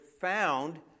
found